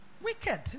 Wicked